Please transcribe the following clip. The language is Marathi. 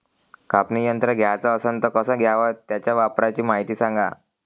कापनी यंत्र घ्याचं असन त कस घ्याव? त्याच्या वापराची मायती सांगा